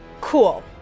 Cool